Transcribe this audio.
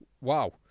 Wow